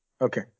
Okay